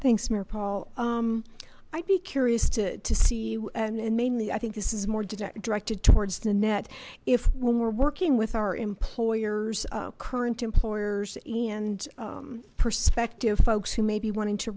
thanks mira paul i'd be curious to see you and mainly i think this is more directed towards the net if when we're working with our employers current employers and perspective folks who may be wanting to